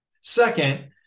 Second